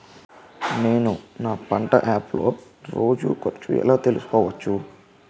నేను నా పంట యాప్ లో రోజు ఖర్చు ఎలా తెల్సుకోవచ్చు?